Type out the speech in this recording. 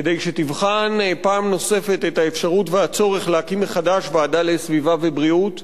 כדי שתבחן פעם נוספת את האפשרות והצורך להקים מחדש ועדה לסביבה ובריאות,